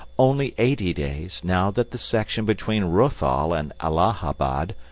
only eighty days, now that the section between rothal and allahabad,